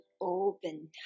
open